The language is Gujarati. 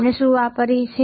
આપણે શું વાપરીએ છીએ